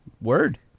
Word